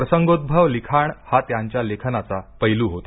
प्रसंगोद्रव लिखाण हा त्यांच्या लेखनाचा पैलू होता